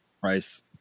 price